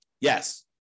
Yes